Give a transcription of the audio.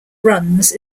runs